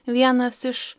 vienas iš